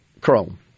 Chrome